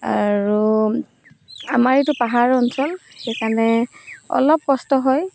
আৰু আমাৰ এইটো পাহাৰ অঞ্চল সেইকাৰণে অলপ কষ্ট হয়